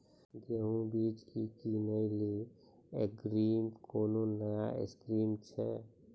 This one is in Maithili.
गेहूँ बीज की किनैली अग्रिम कोनो नया स्कीम छ?